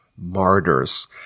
Martyrs